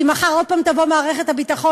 כי מחר עוד פעם תבוא מערכת הביטחון